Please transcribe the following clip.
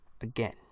again